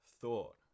thought